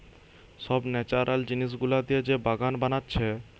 সব ন্যাচারাল জিনিস গুলা দিয়ে যে বাগান বানাচ্ছে